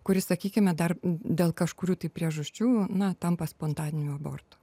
kuris sakykime dar dėl kažkurių tai priežasčių na tampa spontaniniu abortų